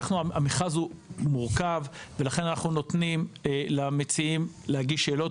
המכרז הוא מורכב, ולכן אנחנו מציעים להגיש שאלות.